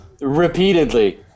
Repeatedly